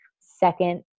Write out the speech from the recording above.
second